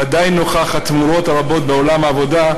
ודאי נוכח התמורות הרבות בעולם העבודה,